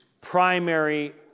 primary